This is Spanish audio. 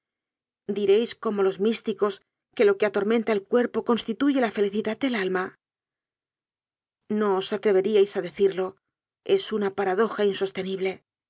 diréis como los místicos que lo que atormenta el cuerpo cons tituye la felicidad del alma no os atreveríais a decirlo es una paradoja insostenible